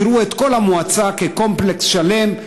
יראו את כל המועצה כקומפלקס שלם.